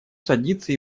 садится